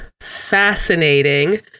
fascinating